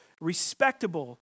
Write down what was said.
respectable